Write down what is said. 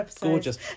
Gorgeous